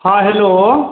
हँ हेलौ